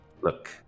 look